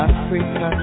Africa